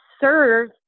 serve